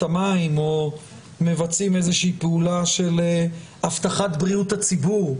המים או מבצעים איזו שהיא פעולה של הבטחת בריאות הציבור.